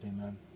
Amen